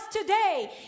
today